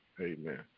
amen